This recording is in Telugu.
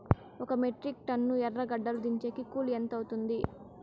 ఒక మెట్రిక్ టన్ను ఎర్రగడ్డలు దించేకి కూలి ఎంత అవుతుంది?